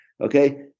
okay